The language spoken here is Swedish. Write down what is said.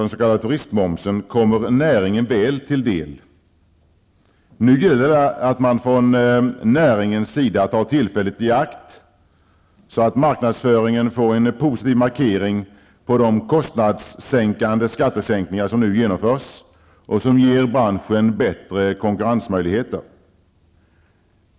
turistmomsen kommer näringen väl till del. Nu gäller det att man från näringens sida tar tillfället i akt så att marknadsföringen får en positiv markering på de kostnadssänkande skattesänkningar som genomförs och som ger branschen bättre konkurrensmöjligheter.